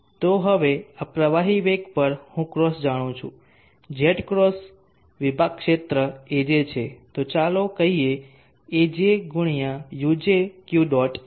તો હવે આ પ્રવાહી વેગ પર હું ક્રોસ જાણું છું જેટ ક્રોસ વિભાગ ક્ષેત્ર aj છે ચાલો કહીએ aj x uj Q dot હશે